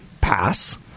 pass